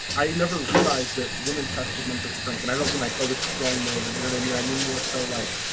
i never realized that women tested men for strength. and i don't mean like, oh, the strong man, you know, they mean i mean more so like,